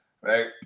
right